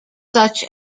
such